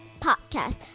Podcast